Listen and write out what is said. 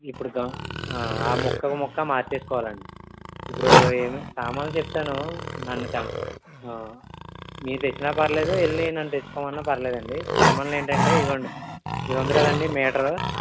ఇప్పుడు ముక్కకు ముక్క మార్చుకోవాలండి ఇప్పుడు ఏమి సామాను చెప్తాను నన్ను తె మీరు తెచ్చిన పర్లేదు వెళ్ళి నన్ను తెచ్చుకోమన్న పర్లేదండి సామానులు ఏంటంటే ఇదిగోండి ఇది ఉంది కదా అండి మీటర్